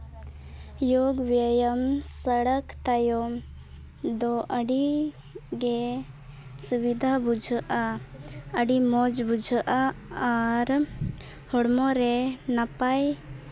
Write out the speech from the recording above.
ᱡᱳᱜᱽ ᱵᱮᱭᱟᱢ ᱥᱮᱲᱟ ᱛᱟᱭᱚᱢ ᱫᱚ ᱟᱹᱰᱤᱜᱮ ᱥᱩᱵᱤᱫᱷᱟ ᱵᱩᱡᱷᱟᱹᱜᱼᱟ ᱟᱹᱰᱤ ᱢᱚᱡᱽ ᱵᱩᱡᱷᱟᱹᱜᱼᱟ ᱟᱨ ᱦᱚᱲᱢᱚ ᱨᱮ ᱱᱟᱯᱟᱭ